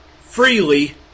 freely